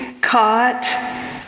caught